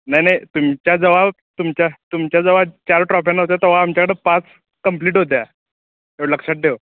नाही नाही तुमच्याजवळ तुमच्या तुमच्याजवळ चार ट्रॉफ्या नव्हत्या तेव्हा आमच्याकडं पाच कम्प्लीट होत्या एवढं लक्षात ठेव